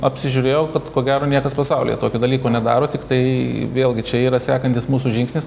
apsižiūrėjau kad ko gero niekas pasaulyje tokio dalyko nedaro tiktai vėlgi čia yra sekantis mūsų žingsnis